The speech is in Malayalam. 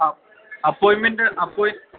അ അപ്പോോയിമെൻറ് അപ്പോയ്